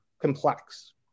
complex